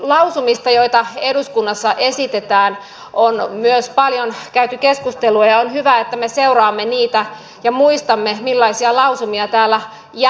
lausumista joita eduskunnassa esitetään on myös paljon käyty keskustelua ja on hyvä että me seuraamme niitä ja muistamme millaisia lausumia täällä jätämme